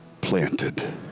planted